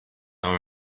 our